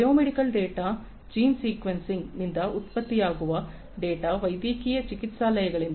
biomedical data gene ಸಿಕ್ವೆನ್ಸಿಂಗ್ನಿಂದ ಉತ್ಪತ್ತಿಯಾಗುವ data ವೈದ್ಯಕೀಯ ಚಿಕಿತ್ಸಾಲಯಗಳಿಂದ